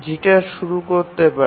jitter থাকতে পারে